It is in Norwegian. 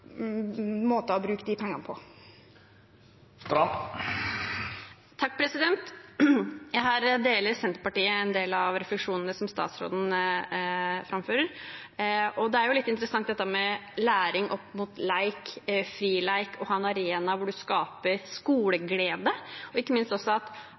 å bruke de pengene på. Her deler Senterpartiet en del av refleksjonene som statsråden gjør seg. Det er litt interessant det med læring opp mot lek, frilek, å ha en arena hvor man skaper skoleglede – og ikke minst at